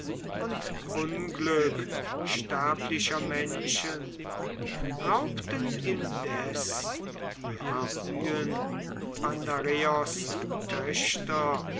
und unglück sterblicher menschen raubten indes die harpyen pandareos